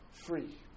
free